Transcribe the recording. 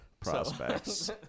prospects